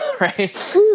right